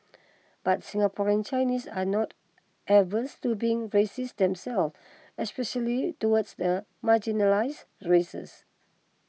but Singaporean Chinese are not averse to being racist themselves especially towards the marginalised races